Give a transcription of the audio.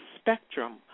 spectrum